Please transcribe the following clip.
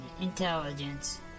intelligence